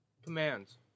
commands